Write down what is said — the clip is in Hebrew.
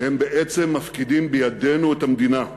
הם בעצם מפקידים בידינו את המדינה,